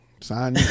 Sign